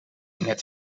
net